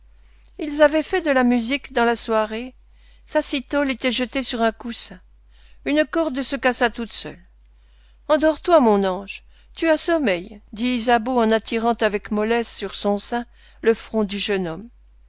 ils avaient fait de la musique dans la soirée sa citole était jetée sur un coussin une corde se cassa toute seule endors toi mon ange tu as sommeil dit ysabeau en attirant avec mollesse sur son sein le front du jeune homme